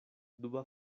duba